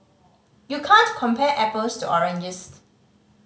you can't compare apples to oranges